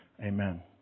Amen